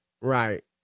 right